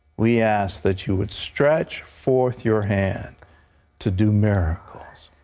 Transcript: we ask that you would stretch forth your hand to do miracles,